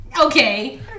okay